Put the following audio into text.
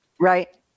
right